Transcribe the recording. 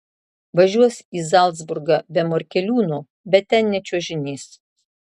važiuos į zalcburgą be morkeliūno bet ten nečiuožinės